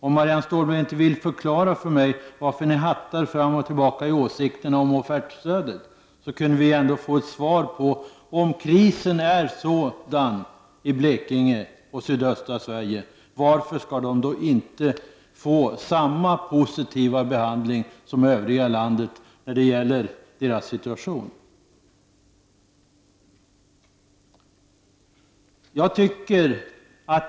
Om Marianne Stålberg inte vill förklara för mig varför ni hattar fram och tillbaka i åsikterna om offertstödet, kunde vi ändå få ett svar på varför Blekinge och sydöstra Sverige, som ändå har kris, inte kan få samma positiva behandling av sin situation som övriga landet.